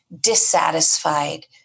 dissatisfied